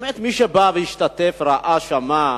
ומי שבא והשתתף ראה ושמע,